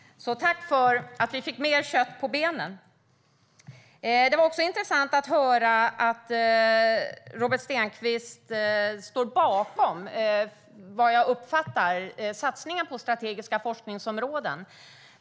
Tack för att vi fick mer kött på benen. Det var också intressant att höra att Robert Stenkvist står bakom, som jag uppfattar det, satsningen på strategiska forskningsområden.